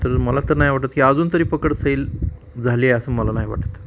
तर मला तर नाही वाटत की अजून तरी पकड सैल झाली आहे असं मला नाही वाटत